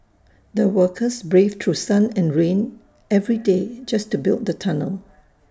the workers braved through sun and rain every day just to build the tunnel